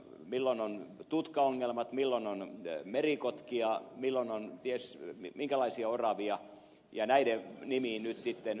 milloin on tutkaongelmat milloin on merikotkia milloin on ties minkälaisia oravia ja näiden nimiin nyt sitten vannotaan